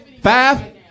Five